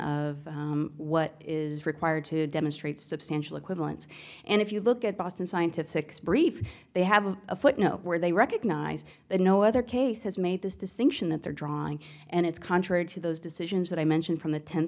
of what is required to demonstrate substantial equivalence and if you look at boston scientific spree they have a footnote where they recognize that no other case has made this distinction that they're drawing and it's contrary to those decisions that i mentioned from the ten